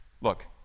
look